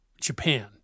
Japan